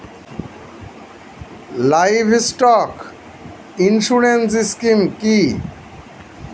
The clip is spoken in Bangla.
লাইভস্টক ইন্সুরেন্স স্কিম কি?